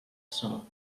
sol